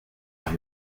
los